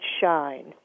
shine